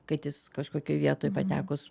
kad jis kažkokioj vietoj patekus